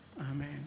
Amen